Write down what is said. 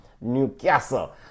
Newcastle